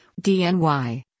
DNY